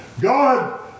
God